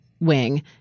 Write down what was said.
wing